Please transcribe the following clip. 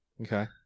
okay